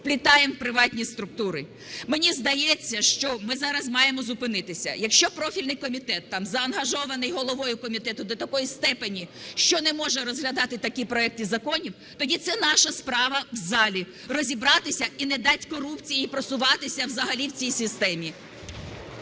вплітаємо приватні структури. Мені здається, що ми зараз маємо зупинитися. Якщо профільний комітет там заангажований головою комітету до такої степені, що не може розглядати такі проекти законів, тоді це наша справа в залі – розібратися і не дати корупції просуватися взагалі в цій системі.